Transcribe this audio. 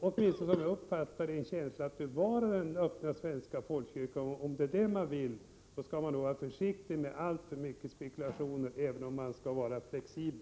Om man vill bevara den svenska folkkyrkan, skall man nog vara litet försiktig med spekulationer, även om man vill vara flexibel.